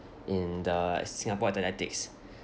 in the singapore athletics